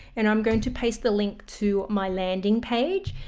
and i'm going to paste the link to my landing page,